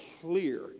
clear